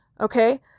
Okay